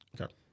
Okay